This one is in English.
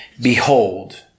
Behold